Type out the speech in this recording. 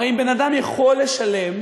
הרי אם בן-אדם יכול לשלם,